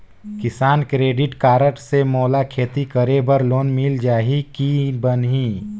किसान credit card से मोला खेती करे बर लोन मिल जाहि की बनही??